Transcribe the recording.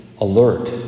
alert